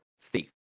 thief